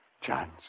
chance